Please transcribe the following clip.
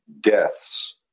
deaths